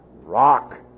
rock